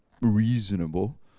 reasonable